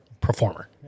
performer